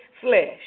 flesh